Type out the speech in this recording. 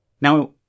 Now